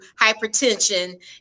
hypertension